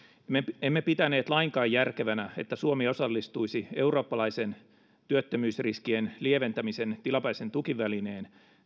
emme pitäneet lainkaan järkevänä että suomi osallistuisi eurooppalaisen työttömyysriskien lieventämisen tilapäisen tukivälineen